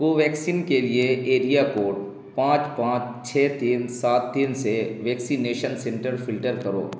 کوویکسین کے لیے area code پانچ پانچ چھ تین سات تین سے ویکسینیشن سینٹر فلٹر کرو